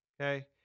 okay